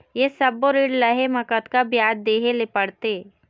ये सब्बो ऋण लहे मा कतका ब्याज देहें ले पड़ते?